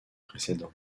précédent